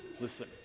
listen